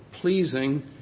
pleasing